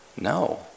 No